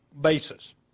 basis